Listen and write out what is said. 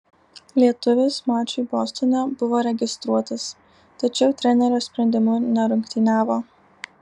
lietuvis mačui bostone buvo registruotas tačiau trenerio sprendimu nerungtyniavo